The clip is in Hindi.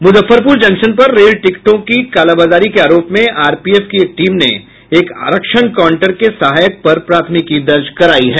मुजफ्फरपुर जंक्शन पर रेल टिकटों की कालाबाजारी के आरोप में आरपीएफ की टीम ने एक आरक्षण काउंटर के सहायक पर प्राथमिकी दर्ज करायी है